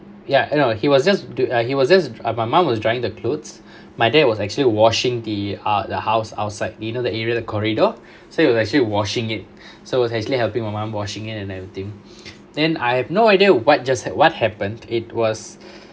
ya uh no he was just do uh he was just uh my mom was drying the clothes my dad was actually washing the ah the house outside do you know the area the corridor so he was actually washing it so was actually helping my mom washing it and everything then I have no idea what just what happened it was